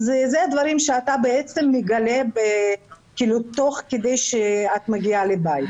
אלה דברים שמגלים תוך כדי העבודה בבית.